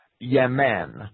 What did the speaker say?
Yemen